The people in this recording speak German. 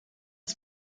das